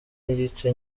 n’igice